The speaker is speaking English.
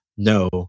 No